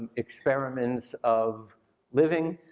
experiments of living,